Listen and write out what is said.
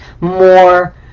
more